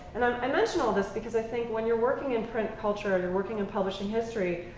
and i mention all this because i think when you're working in print culture, or you're working in publishing history,